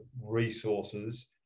resources